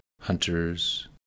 hunters